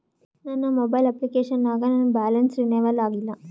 ನನ್ನ mobile application ನಾಗ ನನ್ ಬ್ಯಾಲೆನ್ಸ್ ರೀನೇವಲ್ ಆಗಿಲ್ಲ